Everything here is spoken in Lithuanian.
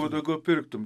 kuo daugiau pirktum